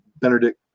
Benedict